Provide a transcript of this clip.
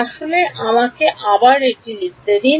আসলে আমাকে আবার এটি লিখতে দিন